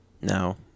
No